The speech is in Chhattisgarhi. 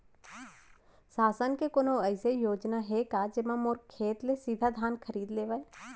शासन के कोनो अइसे योजना हे का, जेमा मोर खेत ले सीधा धान खरीद लेवय?